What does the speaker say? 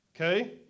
Okay